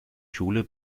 schule